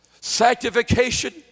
sanctification